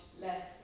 less